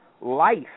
life